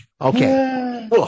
Okay